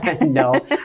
No